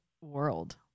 world